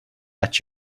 let